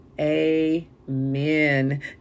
amen